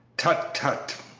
tut! tut!